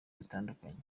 bitandukanye